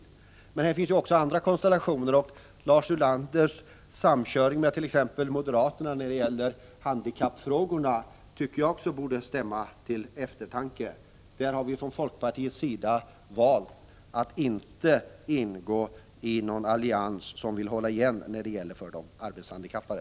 Det finns emellertid också andra konstellationer. Lars Ulanders samkörningt.ex. med moderaterna när det gäller handikappfrågorna borde stämma till eftertanke. Vi har från folkpartiets sida valt att inte ingå i någon allians som vill hålla igen i fråga om åtgärder för de arbetshandikappade.